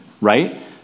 right